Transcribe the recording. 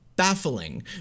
Baffling